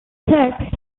text